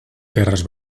terres